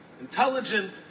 intelligent